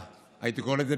הייתי קורא לזה,